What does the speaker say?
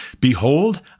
behold